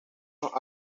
los